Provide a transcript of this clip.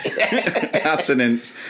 Assonance